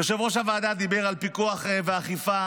יושב-ראש הוועדה דיבר על פיקוח ואכיפה.